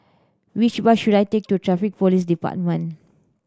which bus should I take to Traffic Police Department